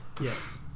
Yes